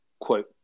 quote